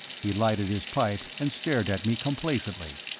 he lighted his pipe and stared at me complacently.